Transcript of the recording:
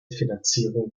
finanzierung